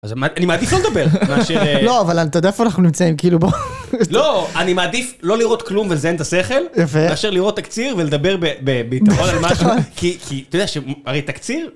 אני מעדיף לא לדבר מאשר ... לא אבל אתה יודע איפה אנחנו נמצאים כאילו בוא לא אני מעדיף לא לראות כלום ולזיין את השכל אפשר לראות תקציר ולדבר בביטחון.